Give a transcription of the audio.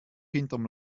hinterm